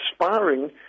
inspiring